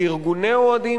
לארגוני האוהדים,